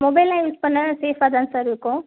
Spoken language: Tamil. மொபைலெல்லாம் யூஸ் பண்ண சேஃபாக தான் சார் இருக்கும்